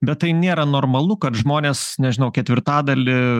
bet tai nėra normalu kad žmonės nežinau ketvirtadalį